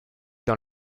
dans